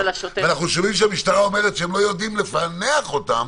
ואנחנו שומעים שהמשטרה אומרת שהם לא יודעים לפענח אותם,